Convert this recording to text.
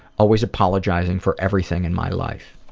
always apologizing for everything in my life.